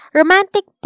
romantic